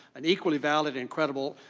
an equally valid and credible